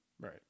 Right